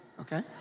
okay